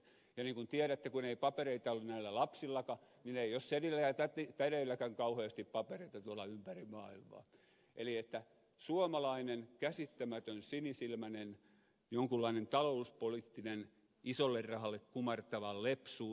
niin kuin tiedätte kun ei papereita ole näillä lapsillakaan niin ei ole sedillä ja tädeilläkään kauheasti papereita tuolla ympäri maailmaa eli suomalainen käsittämätön sinisilmäinen jonkunlainen talouspoliittinen isolle rahalle kumartava lepsuus